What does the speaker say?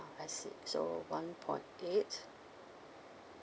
I see so one point eight